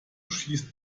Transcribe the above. schießt